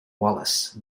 wallace